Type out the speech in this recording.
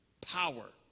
power